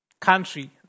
country